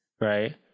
right